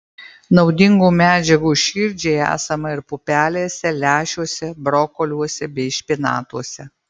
naudingų medžiagų širdžiai esama ir pupelėse lęšiuose brokoliuose bei špinatuose